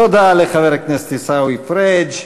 תודה לחבר הכנסת עיסאווי פריג'.